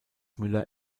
müller